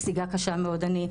נסיגה קשה מאוד.